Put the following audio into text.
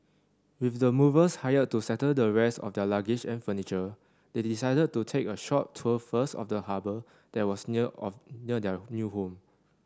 with the movers hired to settle the rest of their luggage and furniture they decided to take a short tour first of the harbour that was near of near their new home